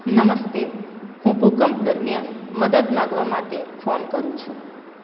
નમસ્તે હું ભૂકંપ દરમિયાન મદદ માંગવા માટે ફોન કરું છું